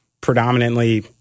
predominantly